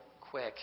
quick